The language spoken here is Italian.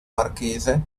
marchese